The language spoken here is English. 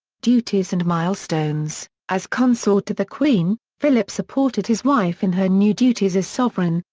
duties and milestones as consort to the queen, philip supported his wife in her new duties as sovereign,